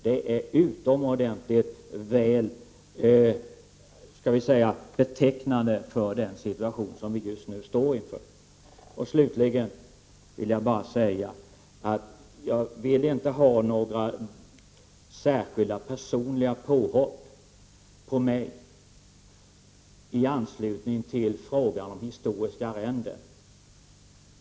Det är utomordentligt väl betecknande för den situation vi just nu står inför. Slutligen vill jag bara säga att jag inte vill ha några särskilda personliga påhopp på mig i anslutning till frågan om historiska arrenden.